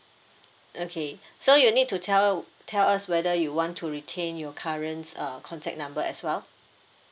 okay so you need to tell tell us whether you want to retain your currents uh contact number as well